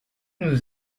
nous